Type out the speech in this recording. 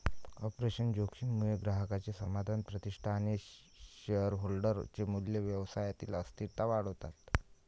operational जोखीम मुळे ग्राहकांचे समाधान, प्रतिष्ठा आणि शेअरहोल्डर चे मूल्य, व्यवसायातील अस्थिरता वाढतात